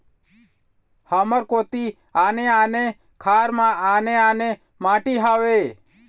हमर कोती आने आने खार म आने आने माटी हावे?